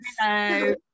Hello